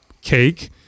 cake